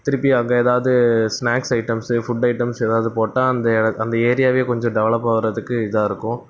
திருப்பி அங்கே ஏதாவது ஸ்நாக்ஸ் ஐட்டம்ஸு ஃபுட் ஐட்டம்ஸு ஏதாவது போட்டால் அந்த அந்த ஏரியாவே கொஞ்சம் டெவலப் ஆகிறதுக்கு இதாக இருக்கும்